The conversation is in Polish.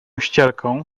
ścierką